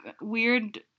weird